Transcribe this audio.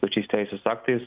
pačiais teisės aktais